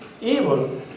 evil